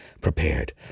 prepared